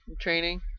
training